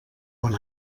bon